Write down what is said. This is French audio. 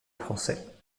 français